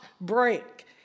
break